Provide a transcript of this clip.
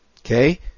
Okay